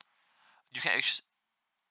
you can ac~